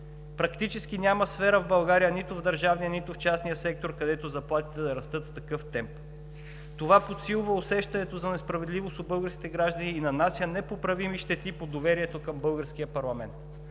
Практически няма сфера в България – нито в държавния, нито в частния сектор, където заплатите да растат с такъв темп. Подсилва се усещането за несправедливост у българските граждани и нанася непоправими щети по доверието към българския парламент,